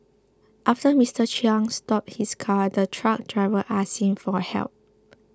after Mister Chiang stopped his car the truck driver asked him for help